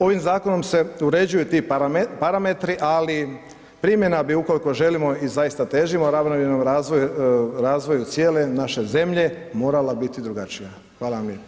Ovim zakonom se uređuju ti parametri ali primjena bi ukoliko želimo i zaista težimo ravnomjernom razvoju cijele naše zemlje, morala biti drugačija, hvala vam lijepa.